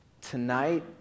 Tonight